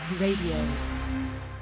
Radio